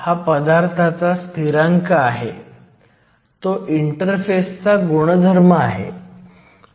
2 micro meter आहे मी असे गणित करत नाही तुमचे सर्व युनिट्स सेंटीमीटरमध्ये आहेत